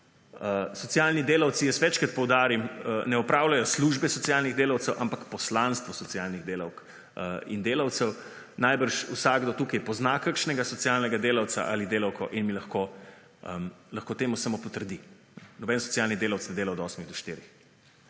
Socialni delavci, jaz večkrat poudarim, ne opravljajo službe socialnih delavcev ampak poslanstvo socialnih delavk in delavcev. Najbrž vsakdo tukaj pozna kakšnega socialnega delavca in delavko in lahko temu samo pritrdi. Noben socialni delavec ne dela od 8 do 16,